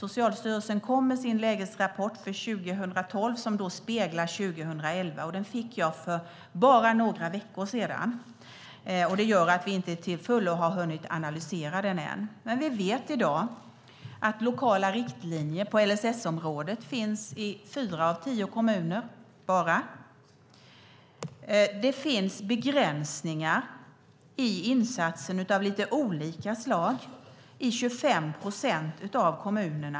Socialstyrelsens lägesrapport 2012, som speglar 2011, fick jag för bara några veckor sedan. Det gör att vi inte till fullo har hunnit analyserat den än. Vi vet att lokala riktlinjer på LSS-området finns i endast fyra av tio kommuner. Det finns begränsningar i insatsen av lite olika slag i 25 procent av kommunerna.